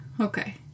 okay